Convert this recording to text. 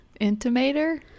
Intimator